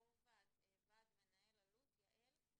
יו"ר ועד מנהל אלו"ט, יעל.